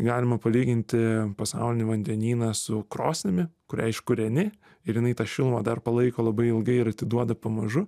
galima palyginti pasaulinį vandenyną su krosnimi kurią iškūreni ir jinai tą šilumą dar palaiko labai ilgai ir atiduoda pamažu